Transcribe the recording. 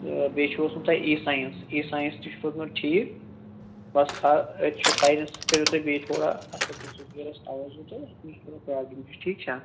تہٕ بیٚیہِ چھُ اوسمُت تۄہہِ اِی ساینَس اِی ساینَس تہِ چھُ روٗدمُت ٹھیٖک بَس کھا أتھۍ چھُ سَاینَس کٔرِو تُہی بیٚیہِ تھوڑا اَتھ پیٚٹھ دیٖزیٚو تَوَجو تہٕ یہِ چھِ تھوڑا پرابلِمٕے ہِش ٹھیٖک چھا